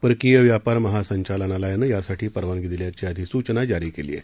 परकीय व्यापर महासंचालनालयानं यासाठी परवानगी दिल्याची अधिसूचना जारी केली आहे